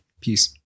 Peace